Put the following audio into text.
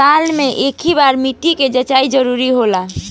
साल में केय बार मिट्टी के जाँच जरूरी होला?